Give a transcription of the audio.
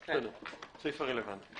הסעיף הרלוונטי.